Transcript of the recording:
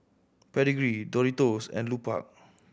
Pedigree Doritos and Lupark